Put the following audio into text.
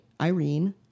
Irene